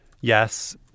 yes